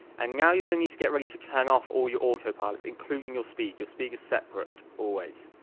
and now you're gonna need to get ready to turn off all your autopilots, including your speed, your speed is separate always.